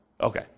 Okay